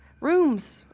Rooms